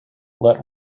let